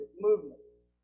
movements